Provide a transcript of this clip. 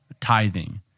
tithing